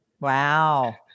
Wow